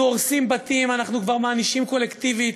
אנחנו הורסים בתים, אנחנו כבר מענישים קולקטיבית,